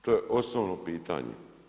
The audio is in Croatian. To je osnovno pitanje.